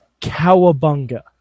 cowabunga